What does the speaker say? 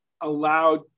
allowed